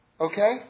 Okay